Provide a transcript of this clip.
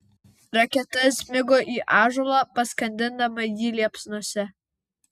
raketa smigo į ąžuolą paskandindama jį liepsnose